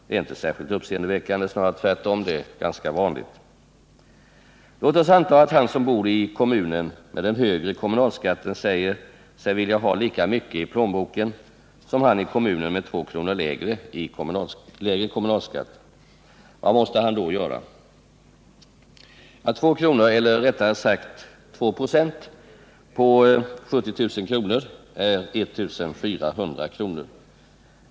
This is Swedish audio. Det är inte särskilt uppseendeväckande, snarare tvärtom. Det är ganska vanligt. Låt oss anta att han som bor i kommunen med den större kommunalskatten säger sig vilja ha lika mycket i plånboken som han i kommunen med 2 kr. lägre kommunalskatt. Vad måste han då göra? 2 kr. eller, rättare sagt, 2 26 på 70 000 kr. är 1 400 kr.